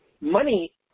money